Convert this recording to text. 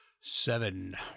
Seven